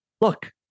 Look